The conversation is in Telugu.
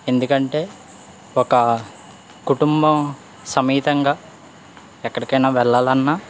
ఎందుకంటే ఒక కుటుంబం సమేతంగా ఎక్కడికైనా వెళ్ళాలన్నా